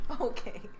okay